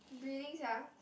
bleeding sia